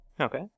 Okay